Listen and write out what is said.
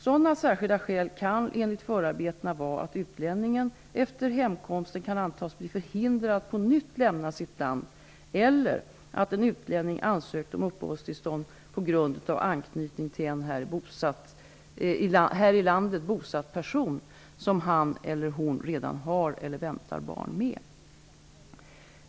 Sådana särskilda skäl kan enligt förarbetena vara att utlänningen efter hemkomsten kan antas bli förhindrad att på nytt lämna sitt land, eller att en utlänning ansökt om uppehållstillstånd på grund av anknytning till en här i landet bosatt person som han eller hon redan har eller väntar barn med.